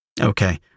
Okay